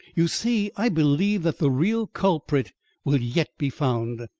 you see, i believe that the real culprit will yet be found.